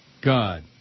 God